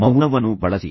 ಮೌನವನ್ನು ಬಳಸಿ